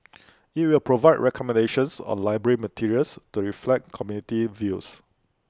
IT will provide recommendations on library materials to reflect community views